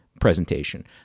presentation